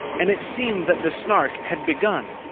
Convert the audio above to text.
and it seemed that the snark had begun,